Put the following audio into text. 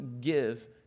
give